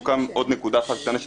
עוד נקודה אחת קטנה,